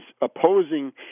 opposing